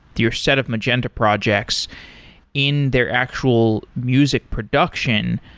your set of magenta projects in their actual music production.